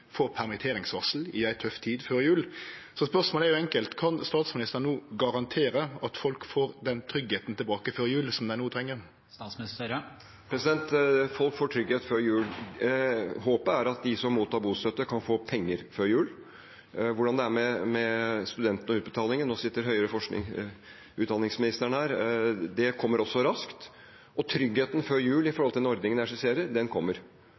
permitteringsvarsel i ei tøff tid før jul. Så spørsmålet er enkelt: Kan statsministeren no garantere at folk får tilbake den tryggheita dei no treng, før jul? Folk får trygghet før jul. Håpet er at de som mottar bostøtte, kan få penger før jul. Hvordan det er med studentene og utbetalinger – nå sitter høyere forsknings- og utdanningsministeren her: Det kommer også raskt. Tryggheten før jul med tanke på den ordningen jeg skisserer, kommer.